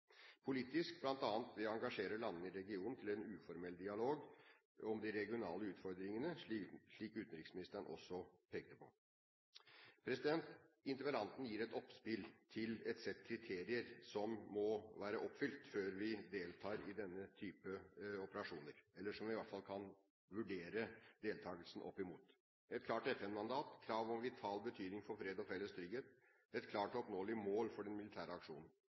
politisk bl.a. ved å engasjere landene i regionen til en uformell dialog om de regionale utfordringene, slik utenriksministeren også pekte på. Interpellanten gir et oppspill til et sett kriterier som må være oppfylt før vi deltar i denne type operasjoner – eller som vi i hvert fall kan vurdere deltakelsen opp mot: et klart FN-mandat, krav om vital betydning for fred og felles trygghet og et klart og oppnåelig mål for den militære aksjonen.